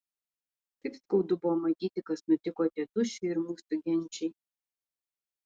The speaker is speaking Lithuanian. kaip skaudu buvo matyti kas nutiko tėtušiui ir mūsų genčiai